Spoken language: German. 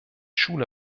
schule